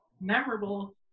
memorable